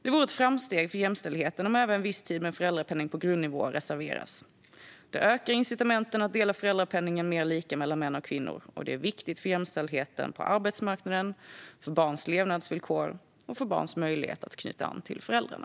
Det vore ett framsteg för jämställdheten om även viss tid med föräldrapenning på grundnivå reserveras. Det ökar incitamenten att dela föräldrapenningen mer lika mellan män och kvinnor. Det är viktigt för jämställdheten på arbetsmarknaden, för barns levnadsvillkor och för barns möjlighet att knyta an till föräldrarna.